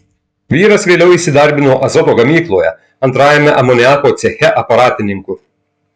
vyras vėliau įsidarbino azoto gamykloje antrajame amoniako ceche aparatininku